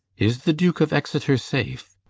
is the duke of exeter safe?